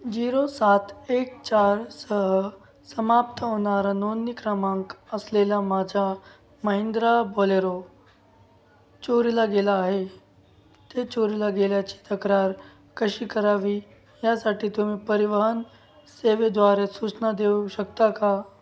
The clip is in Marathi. झिरो सात एक चारसह समाप्त होणारा नोंदणी क्रमांक असलेला माझ्या महिंद्रा बॉलेरो चोरीला गेला आहे ते चोरीला गेल्याची तक्रार कशी करावी यासाठी तुम्ही परिवहन सेवेद्वारे सूचना देऊ शकता का